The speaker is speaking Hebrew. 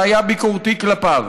שהיה ביקורתי כלפיו,